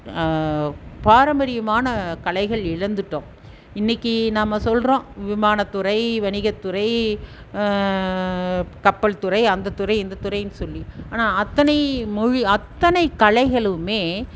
பாரம்பரியமான கலைகளை இழந்துவிட்டோம் இன்னிக்கு நாம் சொல்கிறோம் விமானத்துறை வணிகத்துறை கப்பல்துறை அந்த துறை இந்த துறையின்னு சொல்லி ஆனால் அத்தனை மொழி அத்தனை கலைகளுமே